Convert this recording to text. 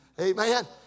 Amen